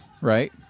right